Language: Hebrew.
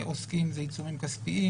לעוסקים זה עיצומים כספיים.